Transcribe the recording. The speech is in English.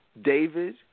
David